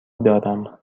دارم